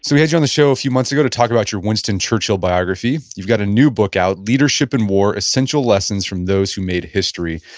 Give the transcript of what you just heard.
so we had you on the show a few months ago to talk about your winston churchill biography. you've got a new book out, leadership in war essential lessons from those who made history.